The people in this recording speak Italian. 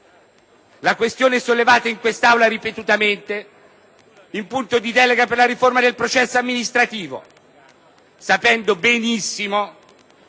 questione sollevata in Aula ripetutamente, cioè il punto di delega per la riforma del processo amministrativo, sapendo benissimo